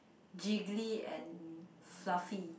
giggly and fluffy